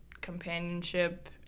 companionship